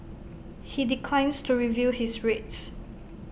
he declines to reveal his rates